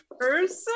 person